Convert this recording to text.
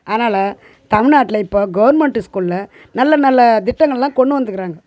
அதனால் தமில்நாட்டில் இப்போ கவர்மென்ட் ஸ்கூலில் நல்ல நல்ல திட்டங்கள் எல்லாம் கொன்டுனு வந்துருக்காங்க